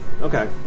Okay